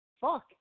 Fuck